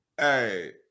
hey